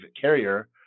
carrier